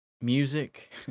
music